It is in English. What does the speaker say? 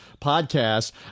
podcast